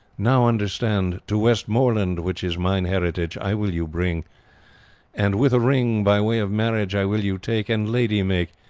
now understand to westmoreland, which is mine heritage, i will you bring and with a ring, by way of marriage i will you take, and lady make,